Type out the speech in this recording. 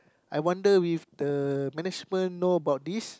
I wonder with the management know about this